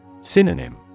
Synonym